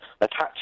attached